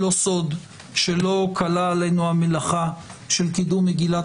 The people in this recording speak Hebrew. זה לא סוד שלא קלה עלינו המלאכה של קידום מגילת